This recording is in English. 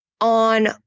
on